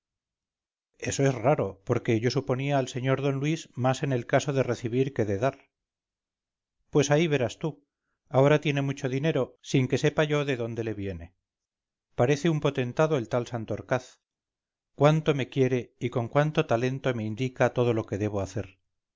eso es raro porque yo suponía al señor d luis más en el caso de recibir que de dar pues ahí verás tú ahora tiene mucho dinero sin que sepa yo de dónde le viene parece un potentado el tal santorcaz cuánto me quiere y con cuánto talento me indica todo lo que debo hacer